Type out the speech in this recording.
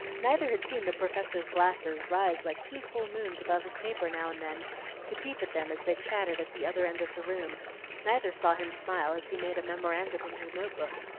neither had seen the professor's glasses rise like two full moons above his paper now and then to peep at them as they chatted at the other end of the room neither saw him smile as he made a memorandum in his note-book,